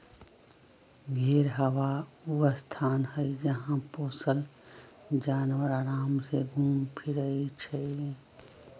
घेरहबा ऊ स्थान हई जहा पोशल जानवर अराम से घुम फिरइ छइ